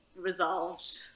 resolved